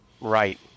Right